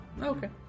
Okay